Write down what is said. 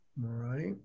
Right